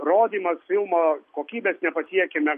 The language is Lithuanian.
rodymas filmo kokybės nepasiekiame